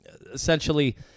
essentially